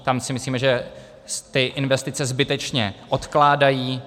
Tam si myslíme, že se investice zbytečně odkládají.